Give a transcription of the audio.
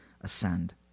ascend